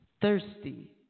Thirsty